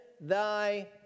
thy